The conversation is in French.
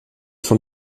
sont